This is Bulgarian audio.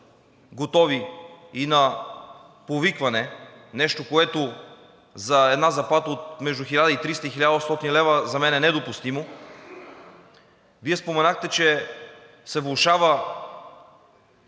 готови и на повикване – нещо, което за една заплата между 1300 – 1800 лв. за мен е недопустимо? Вие споменахте, че се влошава